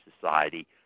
Society